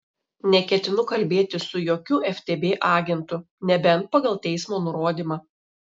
neketinu kalbėtis su jokiu ftb agentu nebent pagal teismo nurodymą